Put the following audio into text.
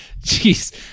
Jeez